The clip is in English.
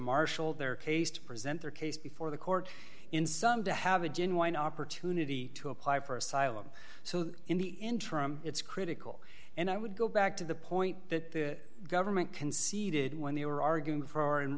marshal their case to present their case before the court in some to have a genuine opportunity to apply for asylum so in the interim it's critical and i would go back to the point that the government conceded when they were arguing for an